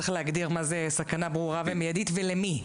שצריך להגדיר מה זה "סכנה ברורה ומיידית" ולמי?